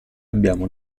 abbiamo